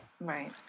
Right